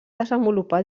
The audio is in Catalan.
desenvolupar